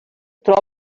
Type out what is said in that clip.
troba